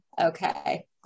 Okay